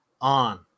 on